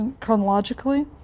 chronologically